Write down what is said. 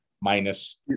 Minus